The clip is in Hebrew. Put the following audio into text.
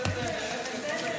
הכול בסדר, אתי.